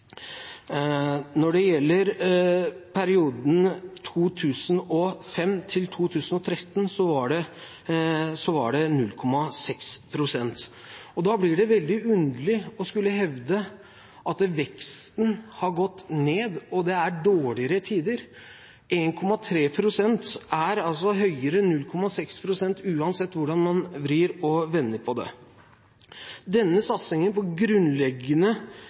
Når det gjelder perioden 2005–2013, var den 0,6 pst. Da blir det veldig underlig å hevde at veksten har gått ned og det er dårligere tider. 1,3 pst. er høyere enn 0,6 pst., uansett hvordan man vrir og vender på det. Satsingen på grunnleggende